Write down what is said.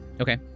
Okay